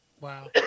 Wow